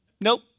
Nope